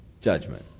judgment